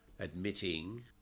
admitting